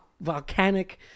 volcanic